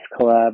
collab